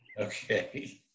Okay